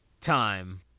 time